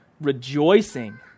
rejoicing